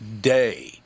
day